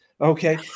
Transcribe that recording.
okay